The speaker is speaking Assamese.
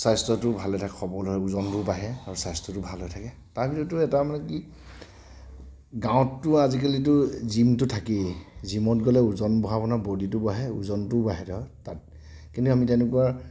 স্বাস্থ্যটো ভালে থাকে সবল হয় ওজনটোও বাঢ়ে আৰু স্বাস্থ্যটো ভালে থাকে তাৰ ভিতৰতো এটা মানে কি গাঁৱততো আজিকালিতো জিমটো থাকেই জিমত গ'লে ওজন বাঢ়ে মানে বডিটো বাঢ়ে ওজনটোও বাঢ়ে ধৰ তাত কিন্তু আমি তেনেকুৱা